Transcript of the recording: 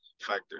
factor